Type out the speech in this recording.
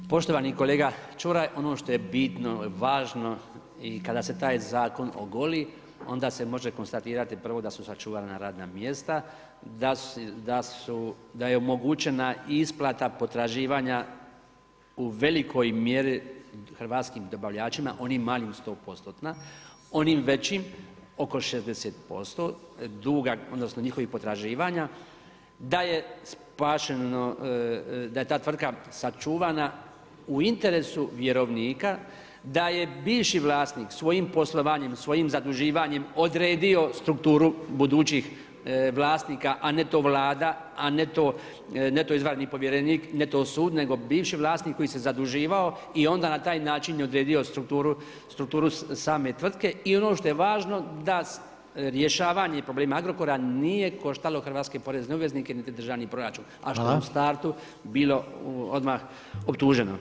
Poštovani kolega Čuraj, ono što je bitno, važno i kada se taj Zakon ogoli, onda se može konstatirati prvo da su sačuvana radna mjesta, da je omogućena isplata potraživanja u velikoj mjeri hrvatskim dobavljačima, onim malim 100%, onim većim oko 60% duga odnosno njihovih potraživanja, da je ta tvrtka sačuvana u interesu vjerovnika, da je bivši vlasnik svojim poslovanjem, svojim zaduživanjem odredio strukturu budućih vlasnika, a ne to Vlada, na ne to izvanredni povjerenik, ne to sud, nego bivši vlasnik koji se zaduživao i onda na taj način je odredio strukturu same tvrtke i ono što je važno, da rješavanje problema Agrokora nije koštalo hrvatske porezne obveznike niti državni proračun, a što u startu bilo odmah optuženo.